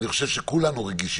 אני חושב שכולנו רגישים,